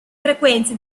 frequenze